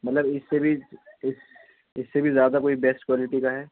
مطلب اس سے بھی اس اس سے بھی زیادہ کوئی بیسٹ کوالیٹی کا ہے